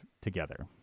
together